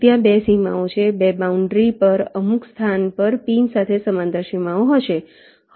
ત્યાં 2 સીમાઓ હશે 2 બાઉન્ડ્રી પર અમુક સ્થાન પર પિન સાથે સમાંતર સીમાઓ હશે